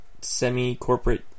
semi-corporate